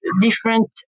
different